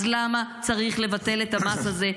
אז למה צריך לבטל את המס הזה?